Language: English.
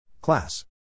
Class